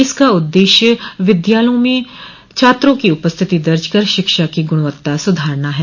इसका उद्देश्य विद्यालयों में छात्रों की उपस्थिति दर्ज कर शिक्षा की गुणवत्ता सुधारना है